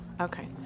Okay